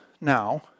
now